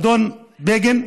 אדון בגין,